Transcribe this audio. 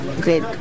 Great